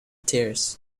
tears